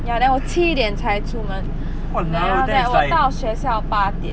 ya then 我七点才出门 then after that 我到学校八点